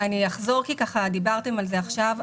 אחזור כי דיברתם על זה עכשיו.